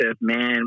man